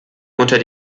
unter